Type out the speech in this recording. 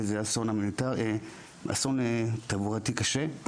וזה אסון תברואתי קשה.